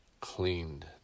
cleaned